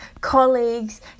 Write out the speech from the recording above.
colleagues